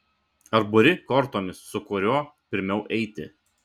ar buri kortomis su kuriuo pirmiau eiti